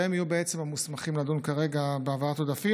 והן יהיו המוסמכות לדון כרגע בהעברת עודפים.